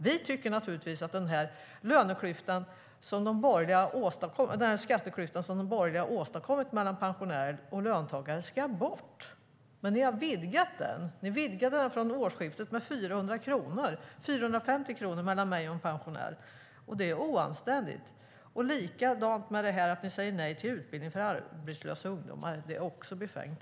Vi tycker naturligtvis att den skatteklyfta som ni borgerliga har åstadkommit mellan pensionärer och löntagare ska bort. Men ni har vidgat den. Ni vidgade den vid årsskiftet med motsvarande 450 kronor mellan mig och en pensionär. Det är oanständigt. Likadant är det när ni säger nej till utbildning för arbetslösa ungdomar. Det är befängt.